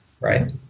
right